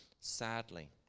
Sadly